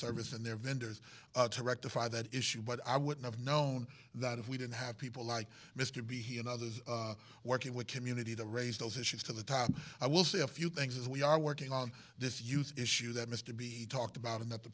their vendors to rectify that issue but i wouldn't have known that if we didn't have people like mr b he and others working with community to raise those issues to the top i will say a few things as we are working on this use issue that mr b he talked about in that the